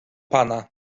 pana